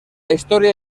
historia